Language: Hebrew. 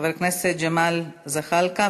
חבר הכנסת ג'מאל זחאלקה,